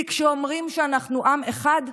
כי כשאומרים שאנחנו עם אחד,